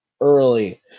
early